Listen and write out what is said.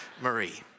Marie